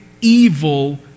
evil